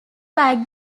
like